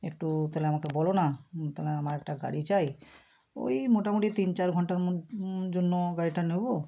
একটু তালে আমাকে বলো না তোমায় আমার একটা গাড়ি চাই ওই মোটামুটি তিন চার ঘন্টার মো জন্য গাড়িটা নেবো